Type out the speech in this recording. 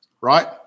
right